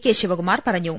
K Shivakumar പറ ഞ്ഞു